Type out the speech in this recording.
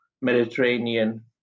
Mediterranean